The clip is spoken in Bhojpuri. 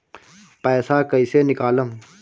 पैसा कैसे निकालम?